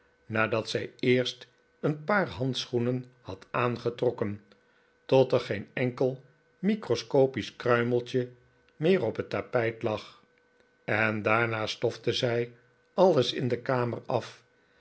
nadat zij eerst een paar handschoenen had aangetrokken tot er geen enkel microscopisch kruimeltje meer op het tapijt lag en daarna stofte zij alles in de kamer af